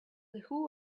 who